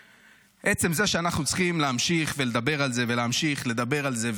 עצם זה שאנחנו צריכים להמשיך ולדבר על זה ולהמשיך לדבר על זה,